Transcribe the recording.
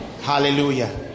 Hallelujah